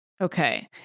Okay